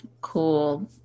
cool